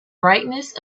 brightness